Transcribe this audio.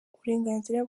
uburenganzira